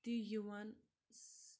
تہِ یِوان